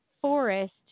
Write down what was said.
forest